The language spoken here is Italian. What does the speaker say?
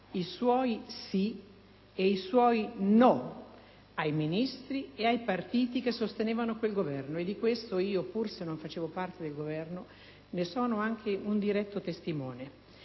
i suoi sì e i suoi no ai Ministri e ai partiti che sostenevano quel Governo (e di questo io, pur se non facevo parte di quel Governo, sono anche un diretto testimone),